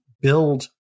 build